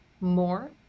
more